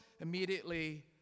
immediately